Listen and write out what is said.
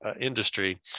industry